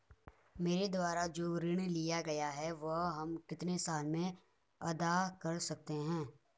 मेरे द्वारा जो ऋण लिया गया है वह हम कितने साल में अदा कर सकते हैं?